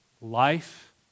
life